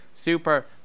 super